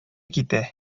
китә